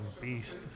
beast